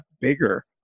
bigger